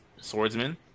swordsman